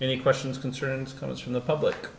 the questions concerns comes from the public